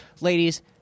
ladies